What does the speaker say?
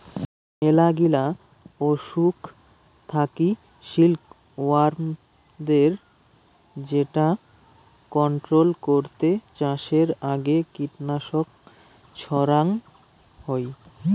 মেলাগিলা অসুখ থাকি সিল্ক ওয়ার্মদের যেটা কন্ট্রোল করতে চাষের আগে কীটনাশক ছড়াঙ হই